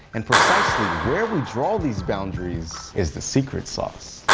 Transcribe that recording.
and precisely where we draw these boundaries is the secret sauce.